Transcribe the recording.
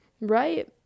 right